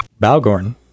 Balgorn